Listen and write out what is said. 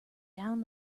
down